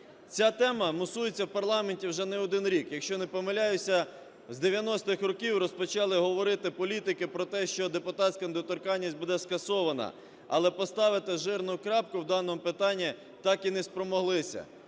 Ця тема мусується в парламенті вже не один рік. Якщо я не помиляюся, з 90-х років розпочали говорити політики про те, що депутатська недоторканність буде скасована, але поставити жирну крапку в даному питанні так і не спромоглися.